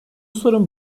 sorun